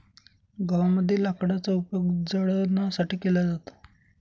गावामध्ये लाकडाचा उपयोग जळणासाठी केला जातो